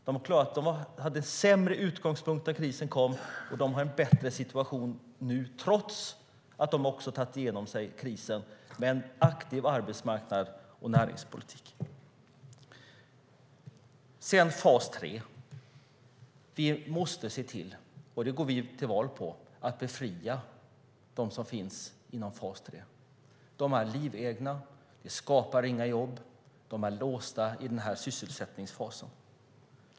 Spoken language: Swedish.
De hade en sämre utgångspunkt när krisen kom men har en bättre situation nu. De har tagit sig igenom krisen med en aktiv arbetsmarknads och näringspolitik. Vi måste se till att befria dem som finns inom fas 3. Det går vi till val på. Detta skapar inga jobb. De personerna är livegna. De är låsta i denna sysselsättningsfas.